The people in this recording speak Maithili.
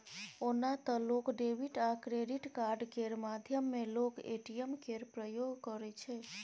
ओना तए लोक डेबिट आ क्रेडिट कार्ड केर माध्यमे लोक ए.टी.एम केर प्रयोग करै छै